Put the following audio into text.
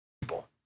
people